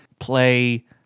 Play